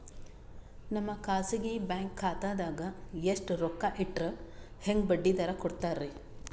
ನಮ್ಮ ಖಾಸಗಿ ಬ್ಯಾಂಕ್ ಖಾತಾದಾಗ ಎಷ್ಟ ರೊಕ್ಕ ಇಟ್ಟರ ಹೆಂಗ ಬಡ್ಡಿ ದರ ಕೂಡತಾರಿ?